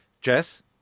Jess